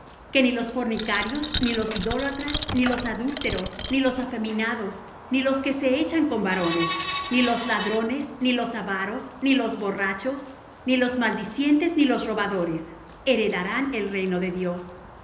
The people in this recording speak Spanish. que ni los fornicarios ni los idólatras ni los adúlteros ni los afeminados ni los que se echan con varones ni los ladrones ni los avaros ni los borrachos ni los maldicientes ni los robadores heredarán el reino de dios